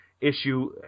issue